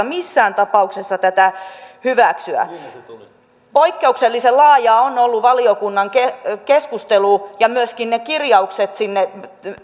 missään tapauksessa tätä hyväksyä poikkeuksellisen laajaa on ollut valiokunnan keskustelu ja myöskin ne kirjaukset sinne